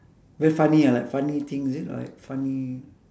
very funny ah like funny thing is it or like funny